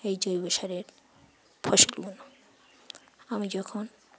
এই জৈব সারের ফসলগুলো আমি যখন